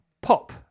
pop